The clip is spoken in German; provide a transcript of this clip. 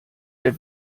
der